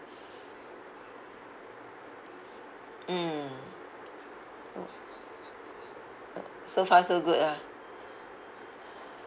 mm so far so good ah